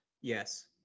Yes